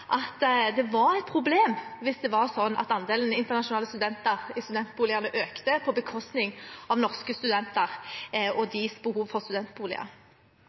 at det var et problem hvis det var sånn at andelen internasjonale studenter i studentboligene økte på bekostning av norske studenter og deres behov for studentboliger.